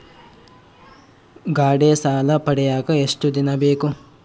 ಗಾಡೇ ಸಾಲ ಪಡಿಯಾಕ ಎಷ್ಟು ದಿನ ಬೇಕು?